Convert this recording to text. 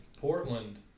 Portland